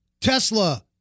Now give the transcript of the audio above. Tesla